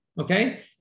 okay